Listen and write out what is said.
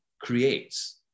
creates